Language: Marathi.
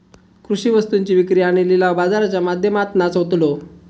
कृषि वस्तुंची विक्री आणि लिलाव बाजाराच्या माध्यमातनाच होतलो